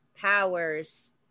powers